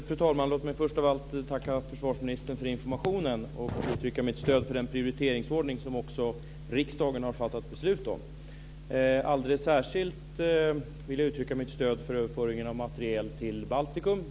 Fru talman! Låt mig först av allt tacka försvarsministern för informationen och uttrycka mitt stöd för den prioriteringsordning som också riksdagen har fattat beslut om. Alldeles särskilt vill jag uttrycka mitt stöd för överföringen av materiel till Baltikum.